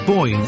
Boy